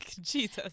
Jesus